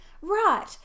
right